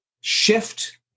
shift